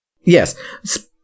Yes